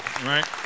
right